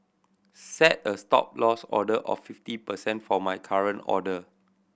set a Stop Loss order of fifty percent for my current order